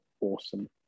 awesome